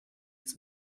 ist